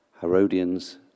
Herodians